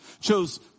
chose